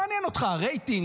מעניין אותך הרייטינג?